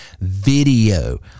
video